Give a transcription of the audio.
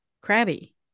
crabby